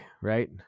right